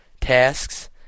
tasks